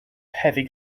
heavy